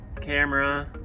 camera